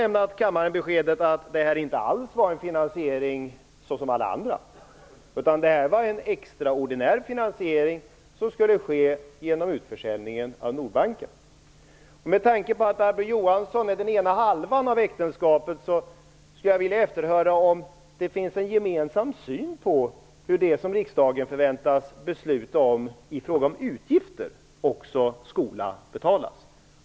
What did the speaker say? Han sade nämligen att det här inte alls var en finansiering såsom alla andra, utan det här var en extraordinär finansiering som skulle ske genom utförsäljningen av Med tanke på att Barbro Johansson är den ena halvan av äktenskapet skulle jag vilja efterhöra om det finns en gemensam syn på hur de utgifter som riksdagen förväntas fatta beslut om skola betalas.